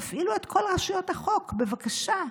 תפעילו את כל רשויות החוק, בבקשה.